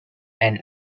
and